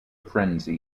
frenzy